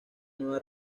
nueva